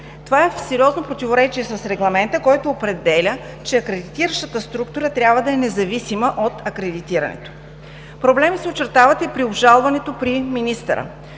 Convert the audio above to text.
Това е в сериозно противоречие с регламента, който определя, че акредитиращата структура трябва да е независима от акредитирането. Проблеми се очертават и при обжалването при министъра.